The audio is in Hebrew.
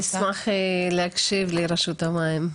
אני אשמח להקשיב לרשות המים.